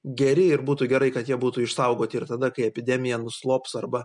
geri ir būtų gerai kad jie būtų išsaugoti ir tada kai epidemija nuslops arba